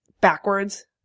backwards